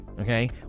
okay